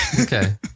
Okay